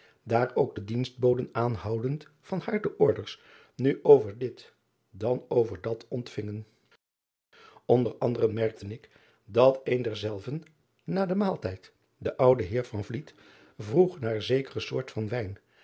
daar ook de dienstboden aanhoudend van haar de orders nu over dit dan over dat ontvingen nder anderen merkte ik dat een derzelven na den maaltijd den ouden eer vroeg naar zekere driaan oosjes zn et leven van aurits ijnslager soort van wijn